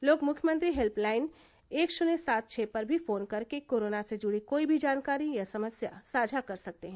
लोग मुख्यमंत्री हेल्पलाइन एक शून्य सात छ पर भी फोन कर के कोरोना से जुड़ी कोई भी जानकारी या समस्या साझा कर सकते हैं